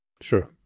Sure